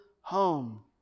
home